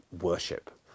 worship